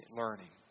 learning